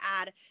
add